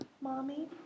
Mommy